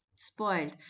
spoiled